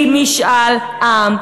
כי משאל עם,